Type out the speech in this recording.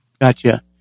Gotcha